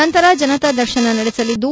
ನಂತರ ಜನತಾ ದರ್ಶನ ನಡೆಸಲಿದ್ದು